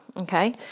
okay